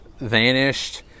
vanished